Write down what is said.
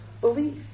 belief